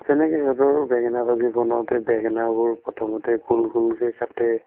যেনেকৈ সিহঁতৰ বেঙেনা ভাজি বনাওঁতে বেঙেনাবোৰ প্ৰথমতে গোল গোলকৈ কাটে